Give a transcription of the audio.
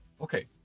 Okay